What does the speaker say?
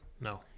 No